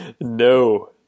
No